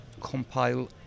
compile